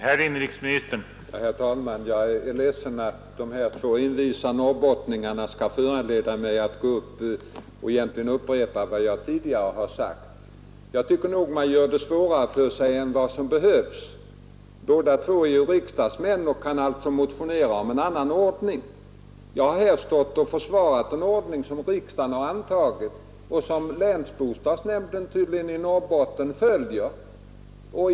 Herr talman! Jag är ledsen för att dessa två envisa norrbottningar föranleder mig att ta till orda igen och upprepa vad jag sagt tidigare. Jag tycker att de båda gör det svårare för sig än behövligt. De är ju riksdagsmän och kan sålunda motionera om en annan ordning. Jag har här försvarat den ordning som riksdagen antagit och som länsbostadsnämnden i Norrbotten tydligen följer.